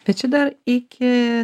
bet čia dar iki